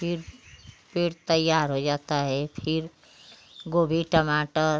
फिर पेड़ तैयार हो जाता है फिर गोभी टमाटर